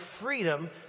freedom